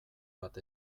bat